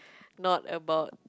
not about